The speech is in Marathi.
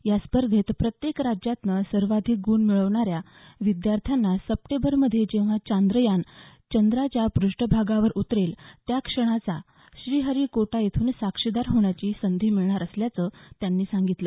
या स्पर्धेत प्रत्येक राज्यातनं सर्वाधिक गुण मिळवणाऱ्या विद्यार्थ्यांना सप्टेंबरमध्ये जेव्हा चांद्रयान चंद्राच्या प्रष्ठभागावर उतरेल त्या क्षणाचा श्री हरिकोटा येथून साक्षीदार होण्याची संधी मिळणार असल्याचं त्यांनी सांगितलं